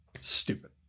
Stupid